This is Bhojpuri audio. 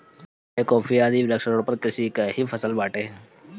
चाय, कॉफी आदि वृक्षारोपण कृषि कअ ही फसल बाटे